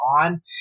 ON